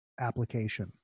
application